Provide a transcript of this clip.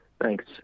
Thanks